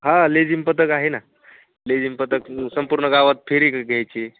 हां लेझीम पथक आहे ना लेझीम पथक संपूर्ण गावात फेरी क घ्यायची